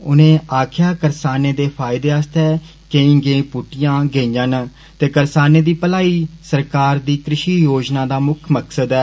उनें आक्खेआ करसानें दे फायदे आस्तै केई गेई पुट्टियां गेइयां न ते करसानें दी भलाई सरकार दी कृशि योजना दा मुक्ख मकसद ऐ